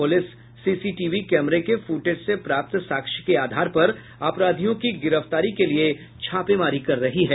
police CCTV कैमरे के footage से प्राप्त साक्ष्य के आधार पर अपराधियों की गिरफ्तारी के लिए छापेमारी कर रही है